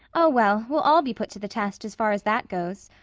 oh, well, we'll all be put to the test, as far as that goes.